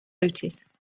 otis